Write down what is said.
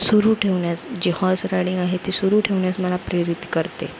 सुरू ठेवण्यास जे हॉर्स रायडिंग आहे ते सुरू ठेवण्यास मला प्रेरित करते